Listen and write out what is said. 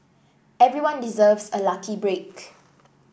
everyone deserves a lucky break